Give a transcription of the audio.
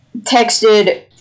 texted